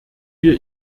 wir